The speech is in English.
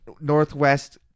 Northwest